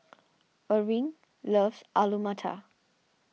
Erving loves Alu Matar